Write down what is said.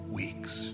weeks